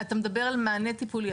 על מענה טיפולי.